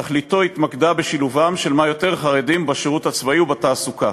תכליתו התמקדה בשילובם של כמה יותר חרדים בשירות הצבאי ובתעסוקה.